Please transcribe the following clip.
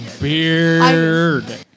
beard